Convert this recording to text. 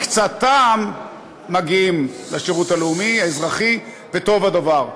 מקצתם מגיעים לשירות הלאומי-אזרחי, וטוב הדבר.